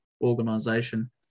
organization